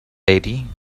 betty